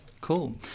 Cool